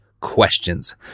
questions